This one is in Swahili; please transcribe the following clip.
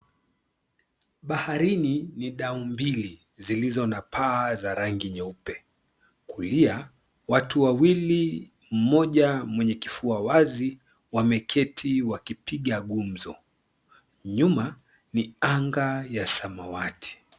Baharini ni dau mbili zilizo na paa za rangi nyeupe, kulia watu wawili mmoja mwenye kifua wazi wameketi wakipiga gumzo, nyuma ni anga ya samawati.